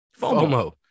FOMO